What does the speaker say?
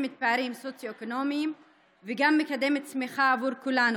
את הפערים הסוציו-אקונומיים וגם מקדם צמיחה עבור כולנו,